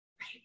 right